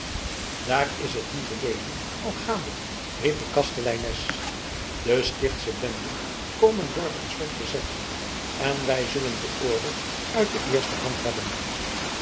daar is het lieve leven al gaande riep de kasteleines de stichtsche benden komen dorp en slot bezetten en wij zullen den oorlog uit de eerste hand hebben